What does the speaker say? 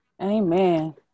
Amen